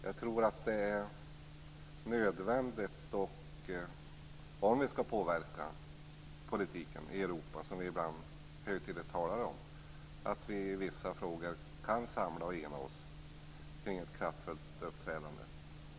Jag tror att det är nödvändigt om vi skall påverka politiken i Europa, vilket vi ibland högtidligt talar om, att vi i vissa frågor kan samlas och enas kring ett kraftfullt uppträdande.